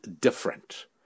different